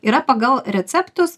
yra pagal receptus